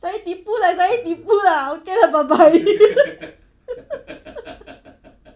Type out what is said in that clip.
saya tipu lah saya tipu lah okay lah bye bye